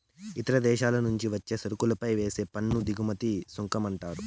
ఇతర దేశాల నుంచి వచ్చే సరుకులపై వేసే పన్ను దిగుమతి సుంకమంట